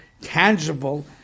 tangible